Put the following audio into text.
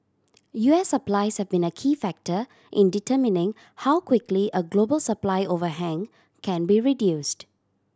U S supplies have been a key factor in determining how quickly a global supply overhang can be reduced